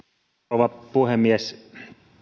rouva puhemies